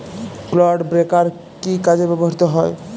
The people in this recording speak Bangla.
ক্লড ব্রেকার কি কাজে ব্যবহৃত হয়?